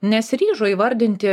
nesiryžo įvardinti